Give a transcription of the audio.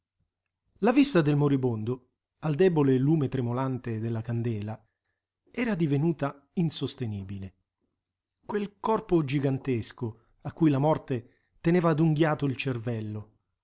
la vista del moribondo al debole lume tremolante della candela era divenuta insostenibile quel corpo gigantesco a cui la morte teneva adunghiato il cervello